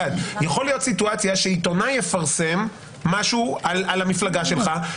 יכולה להיות סיטואציה שעיתונאי יפרסם משהו על המפלגה שלך,